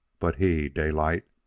but he, daylight,